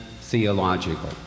theological